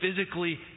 physically